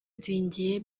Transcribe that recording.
nzigiye